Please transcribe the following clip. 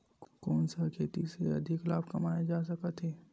कोन सा खेती से अधिक लाभ कमाय जा सकत हे?